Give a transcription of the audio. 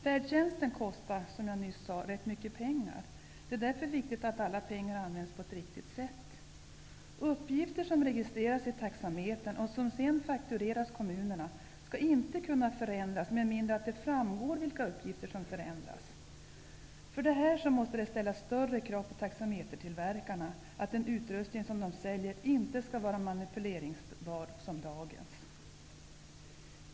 Färdtjänsten kostar, som jag nyss sade, rätt mycket pengar. Det är därför viktigt att alla pengar används på ett riktigt sätt. Uppgifter som registreras i taxametern och som sedan faktureras kommunerna, skall inte kunna förändras med mindre att det framgår vilka uppgifter som förändras. Av den anledningen måste det ställas högre krav på taxametertillverkarna om att den utrustning de säljer inte som dagens skall vara manipuleringsbar.